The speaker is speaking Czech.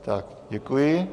Tak děkuji.